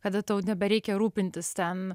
kada tau nebereikia rūpintis ten